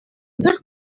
бер